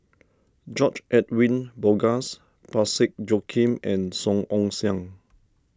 George Edwin Bogaars Parsick Joaquim and Song Ong Siang